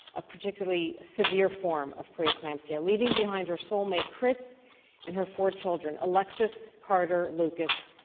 a particularly severe form of preeclampsia, leaving behind her soul mate chris and her four children alexis, carter, lucas,